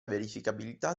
verificabilità